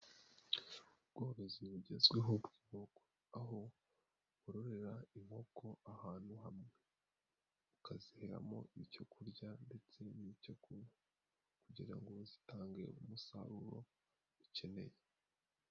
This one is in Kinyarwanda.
Ubworozi bugezwe bw'inkoko aho bu burorera inkoko ahantu hamwe, ukaziheraramo icyo kurya ndetse n'icyo kunywa kugira ngo zitange umusaruro ukeneye.